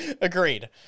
Agreed